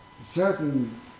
certain